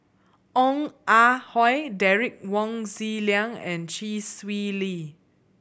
Ong Ah Hoi Derek Wong Zi Liang and Chee Swee Lee